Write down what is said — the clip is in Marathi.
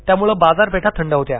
त्यामुळे बाजारपेठा थंड होत्या